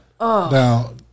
Now